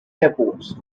airports